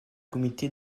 comité